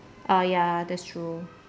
oh ya that's true